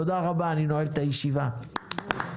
תודה רבה, הישיבה נעולה.